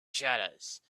shutters